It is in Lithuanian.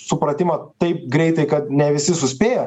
supratimą taip greitai kad ne visi suspėja